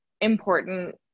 important